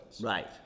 Right